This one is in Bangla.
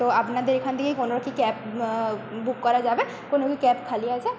তো আপনাদের এখান থেকে কোনো কি ক্যাব বুক করা যাবে কোনো কি ক্যাব খালি আছে